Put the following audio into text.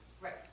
right